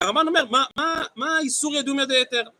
הרמב"ן אומר, מה, מה, מה איסורא דומיא דהיתר?